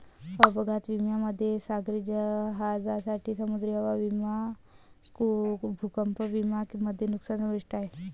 अपघात विम्यामध्ये सागरी जहाजांसाठी समुद्री हमी विमा भूकंप विमा मध्ये नुकसान समाविष्ट आहे